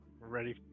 ready